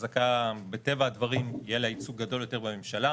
מטבע הדברים יהיה לה ייצוג גדול יותר בממשלה,